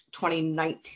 2019